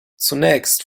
zunächst